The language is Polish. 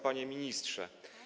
Panie Ministrze!